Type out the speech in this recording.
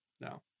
no